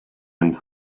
and